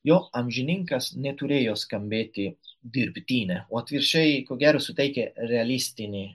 jo amžininkas neturėjo skambėti dirbtine o atvirkščiai ko gero suteikė realistinį